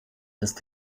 ist